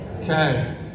Okay